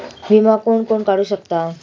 विमा कोण कोण काढू शकता?